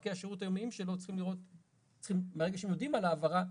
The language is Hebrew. וספקי השירות היומיים שלו צריכים מהרגע שהם יודעים על ההעברה,